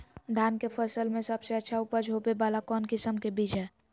धान के फसल में सबसे अच्छा उपज होबे वाला कौन किस्म के बीज हय?